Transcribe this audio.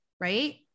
right